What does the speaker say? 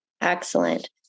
Excellent